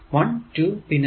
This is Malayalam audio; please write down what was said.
1 2 പിന്നെ 3